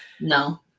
No